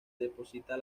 deposita